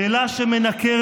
זה ד' אמותיו של כל אדם,